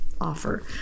offer